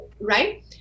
right